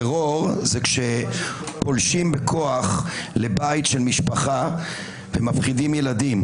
טרור זה כשפולשים בכוח לבית של משפחה ומפחידים ילדים,